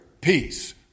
peace